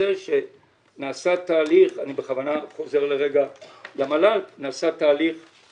נעשה תהליך - אני בכוונה חוזר לרגע למל"ל - במל"ל